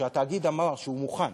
שהתאגיד אמר שהוא מוכן,